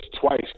twice